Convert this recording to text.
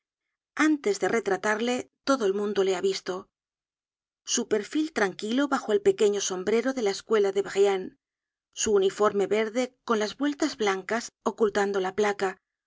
antes de retratarle todo el mundo le ha visto su perfil tranquilo bajo el pequeño sombrero de la escuela de brienne su uniforme verde con las vueltas blancas ocultando la placa